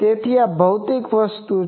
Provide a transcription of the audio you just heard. તેથી આ એક ભૌતિક વસ્તુ છે